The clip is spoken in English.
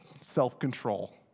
self-control